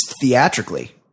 theatrically